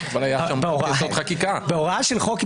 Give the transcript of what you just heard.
היושב-ראש,